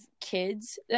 kids